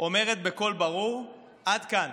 אומרת בקול ברור: עד כאן.